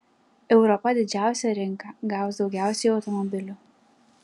europa didžiausia rinka gaus daugiausiai automobilių